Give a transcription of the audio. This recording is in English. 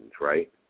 right